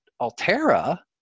Altera